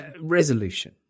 Resolution